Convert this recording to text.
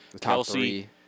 Kelsey